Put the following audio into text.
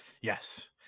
Yes